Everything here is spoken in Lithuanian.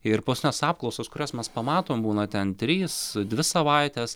ir paskutinės apklausos kurias mes pamatom būna ten trys dvi savaitės